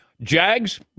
Jags